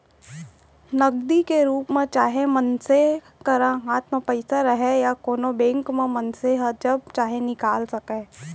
नगदी के रूप म चाहे मनसे करा हाथ म पइसा रहय या कोनों बेंक म मनसे ह जब चाहे निकाल सकय